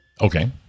okay